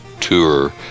tour